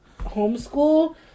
homeschool